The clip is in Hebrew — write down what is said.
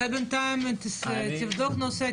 אתה בינתיים תבדוק את הנושא,